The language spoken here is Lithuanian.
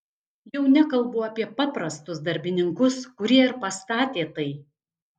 jau nekalbu apie paprastus darbininkus kurie ir pastatė tai